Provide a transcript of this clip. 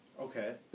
Okay